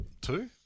two